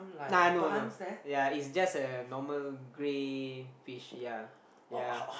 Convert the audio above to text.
ah no no ya it's just a normal grey fish ya ya